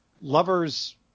lover's